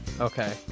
Okay